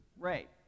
Right